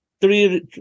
three